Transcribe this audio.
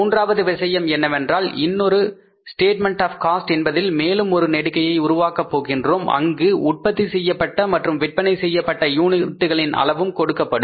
மூன்றாவது விஷயம் என்னவென்றால் இன்னொரு ஸ்டேட்மெண்ட் ஆப் காஸ்ட் என்பதில் மேலும் ஒரு நெடுக்கையை உருவாக்கப் போகிறோம் அங்கு உற்பத்தி செய்யப்பட்ட மற்றும் விற்பனை செய்யப்பட்ட யூனிட்டுகளின் அளவும் கொடுக்கப்படும்